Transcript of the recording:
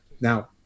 now